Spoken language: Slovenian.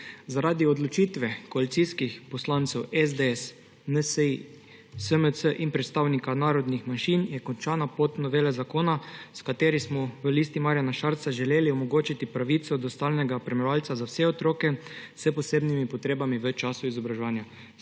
Zaradi odločitve koalicijskih poslancev SDS, NSi, SMC in predstavnika narodnih manjših je končana pot novele zakona, s katero smo v Listi Marjana Šarca želeli omogočiti pravico do stalnega spremljevalca za vse otroke s posebnimi potrebami v času izobraževanja.